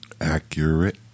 Accurate